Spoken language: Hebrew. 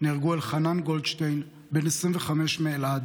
נהרגו אלחנן גולדשטיין, בן 25 מאלעד,